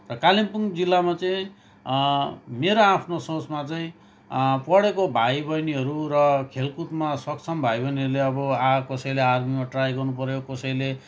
कालिम्पोङ जिल्लामा चाहिँ मेरो आफ्नो सोचमा चाहिँ पढेको भाइ बहिनीहरू र खेलकुदमा सक्षम भाइ बहिनीहरूले अब आ कसैले आर्मीमा ट्राई गर्नुपऱ्यो कसैले